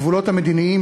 הגבולות המדיניים,